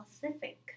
Pacific